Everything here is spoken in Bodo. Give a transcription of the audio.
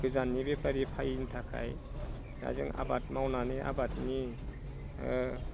गोजाननि बेफारि फैयिनि थाखाय दा जों आबाद मावनानै आबादनि